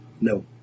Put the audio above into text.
No